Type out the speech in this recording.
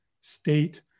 state